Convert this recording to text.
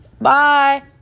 Bye